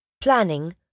planning